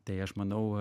tai aš manau